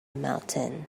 mountain